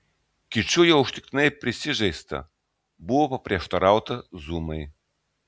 kiču jau užtektinai prisižaista buvo paprieštarauta zumai